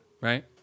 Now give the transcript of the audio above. right